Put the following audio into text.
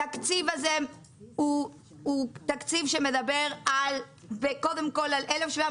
התקציב הזה הוא תקציב שמדבר על קודם כל על 1,700